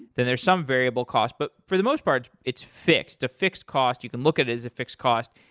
then there are some variable costs. but for the most parts, it's fixed. the fixed cost, you can look at it as a fixed cost,